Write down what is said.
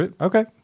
okay